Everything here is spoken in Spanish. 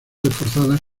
reforzadas